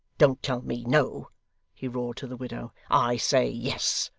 don't tell me no he roared to the widow, i say, yes